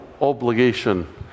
obligation